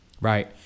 Right